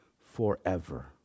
forever